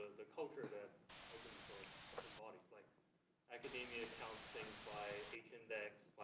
the culture that open source embodies like academia accounts things by age index,